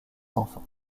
enfants